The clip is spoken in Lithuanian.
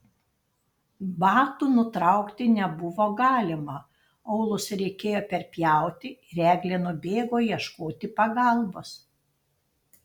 batų nutraukti nebuvo galima aulus reikėjo perpjauti ir eglė nubėgo ieškoti pagalbos